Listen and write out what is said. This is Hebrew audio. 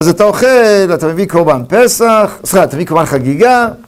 אז אתה אוכל, אתה מביא קורבן פסח, סליחה, אתה מביא קורבן חגיגה.